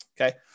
Okay